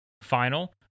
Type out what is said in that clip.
final